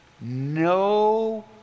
No